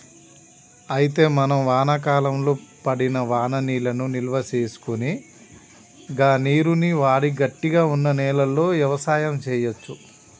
అయితే మనం వానాకాలంలో పడిన వాననీళ్లను నిల్వసేసుకొని గా నీరును వాడి గట్టిగా వున్న నేలలో యవసాయం సేయచ్చు